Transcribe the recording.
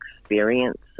experience